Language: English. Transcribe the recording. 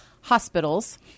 hospitals